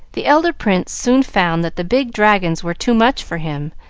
the elder prince soon found that the big dragons were too much for him,